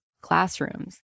classrooms